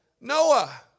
Noah